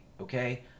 Okay